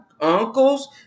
uncles